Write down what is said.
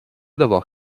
d’avoir